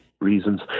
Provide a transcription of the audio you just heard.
reasons